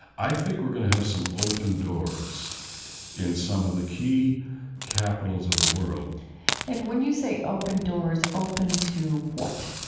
i think we're going to have some open doors in some of the key capitals of the world and when you say open doors, open to what?